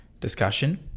discussion